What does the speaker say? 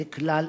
ככלל,